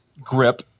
grip